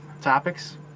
topics